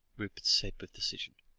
rupert said with decision.